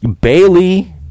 Bailey